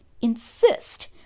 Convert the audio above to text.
insist